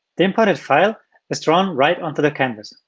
the imported file is drawn right onto the canvas.